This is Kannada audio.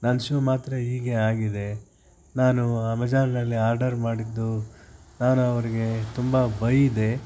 ನನ್ನ ಶೂ ಮಾತ್ರ ಹೀಗೆ ಆಗಿದೆ ನಾನು ಅಮೆಜಾನ್ನಲ್ಲಿ ಆರ್ಡರ್ ಮಾಡಿದ್ದು ನಾನು ಅವರಿಗೆ ತುಂಬ ಬೈದೆ